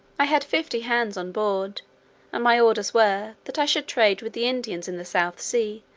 i had fifty hands onboard and my orders were, that i should trade with the indians in the south-sea,